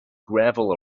gravel